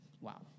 Wow